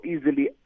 easily